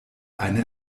eine